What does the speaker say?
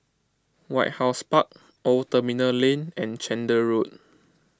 White House Park Old Terminal Lane and Chander Road